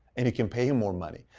and you can pay him more money,